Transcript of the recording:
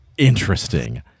Interesting